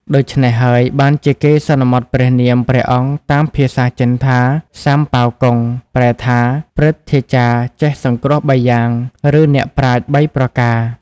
ដូច្នេះហើយបានជាគេសន្មតព្រះនាមព្រះអង្គតាមភាសាចិនថា សាមប៉ាវកុង ប្រែថា ព្រឹទ្ធាចារ្យចេះសង្គ្រោះបីយ៉ាង ឬអ្នកប្រាជ្ញបីប្រការ ។